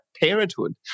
parenthood